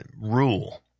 rule